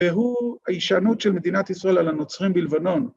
‫והוא ההישענות של מדינת ישראל ‫על הנוצרים בלבנון.